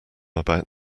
about